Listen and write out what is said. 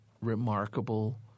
remarkable